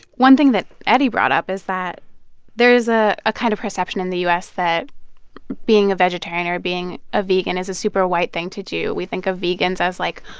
one thing that eddie brought up is that there is a a kind of perception in the u s. that being a vegetarian or being a vegan is a super white thing to do. we think of vegans as, like,